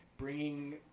bringing